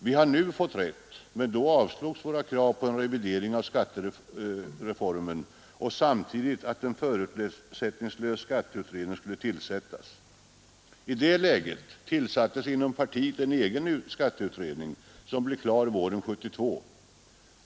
Vi har nu fått rätt, men då avslogs våra krav på en revidering av skattereformen och på att en förutsättningslös skatteutredning skulle tillsättas. I det läget tillsatte vi inom partiet en egen skatteutredning som blev klar våren 1972.